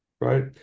right